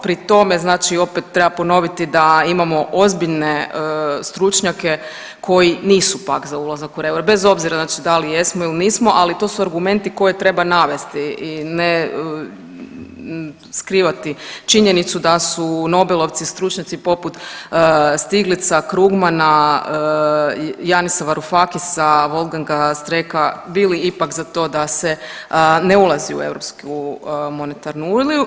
Pri tome znači opet treba ponoviti da imamo ozbiljne stručnjake koji pak nisu za ulazak u euro bez obzira da li jesmo ili nismo, ali to su argumenti koje treba navesti i ne skrivati činjenicu da su nobelovci stručnjaci poput Stiglitza, Krugmana, Janisa Varufakisa, Wolfganga Streecka bili ipak za to da se ne ulazi u Europsku monetarnu uniju.